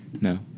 No